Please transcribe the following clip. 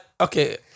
Okay